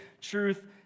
truth